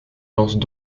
lancent